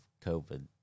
COVID